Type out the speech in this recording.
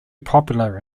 popular